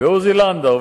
עוזי לנדאו,